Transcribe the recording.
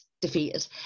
defeated